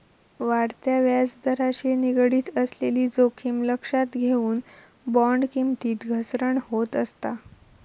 वाढत्या व्याजदराशी निगडीत असलेली जोखीम लक्षात घेऊन, बॉण्ड किमतीत घसरण होत असता